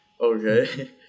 Okay